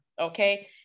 okay